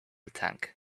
tank